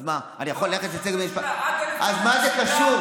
אז מה, אני יכול ללכת